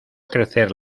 crecer